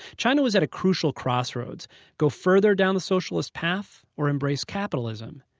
china was at a crucial crossroads go further down the socialist path? or embrace capitalism?